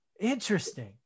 Interesting